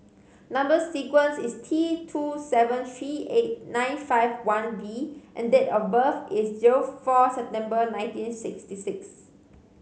number sequence is T two seven three eight nine five one V and date of birth is zero four September nineteen sixty six